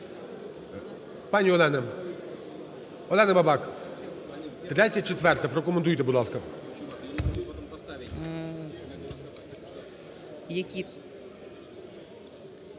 Пані Олена. Олена Бабак, 3 і 4, прокоментуйте, будь ласка